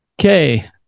Okay